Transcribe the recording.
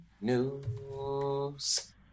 news